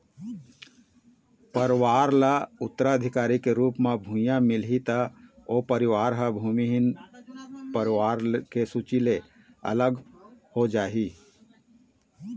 परवार ल उत्तराधिकारी के रुप म भुइयाँ मिलही त ओ परवार ह भूमिहीन परवार के सूची ले अलगे हो जाही